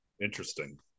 Interesting